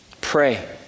Pray